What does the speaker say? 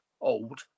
old